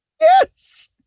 Yes